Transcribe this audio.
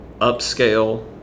upscale